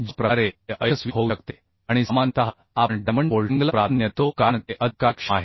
ज्या प्रकारे ते अयशस्वी होऊ शकते आणि सामान्यतः आपण डायमंड बोल्टिंगला प्राधान्य देतो कारण ते अधिक कार्यक्षम आहे